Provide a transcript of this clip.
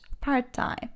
part-time